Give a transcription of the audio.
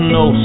no